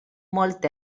molt